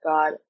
God